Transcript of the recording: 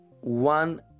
one